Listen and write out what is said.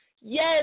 Yes